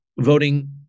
voting